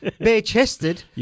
bare-chested